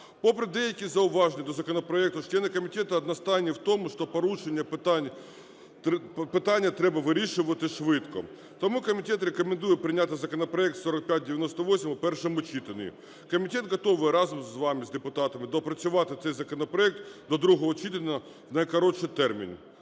Попри деякі зауваження до законопроекту, члени комітету одностайні в тому, що порушені питання треба вирішувати швидко. Тому комітет рекомендує прийняти законопроект 4598 у першому читанні. Комітет готовий разом з вами, з депутатами, доопрацювати цей законопроект до другого читання в найкоротші терміни.